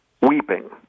weeping